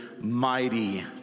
mighty